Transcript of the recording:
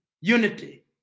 Unity